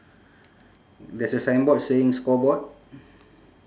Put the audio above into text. there's a sign board saying score board